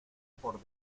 por